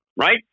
right